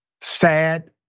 sad